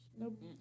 Nope